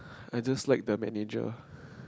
I just like the manager